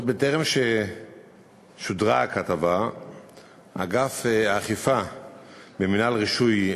עוד טרם שודרה הכתבה ערך אגף האכיפה במינהל רישוי,